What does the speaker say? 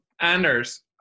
Anders